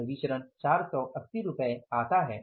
यह विचरण 480 रुपये आता है